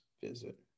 visit